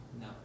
No